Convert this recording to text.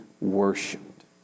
worshipped